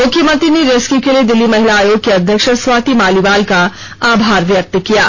मुख्यमंत्री ने रेस्क्यू के लिए दिल्ली महिला आयोग की अध्यक्ष स्वाति मलिवाल का आभार व्यक्त किया है